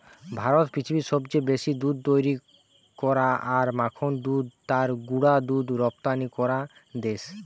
ভারত পৃথিবীর সবচেয়ে বেশি দুধ তৈরী করা আর মাখন দুধ আর গুঁড়া দুধ রপ্তানি করা দেশ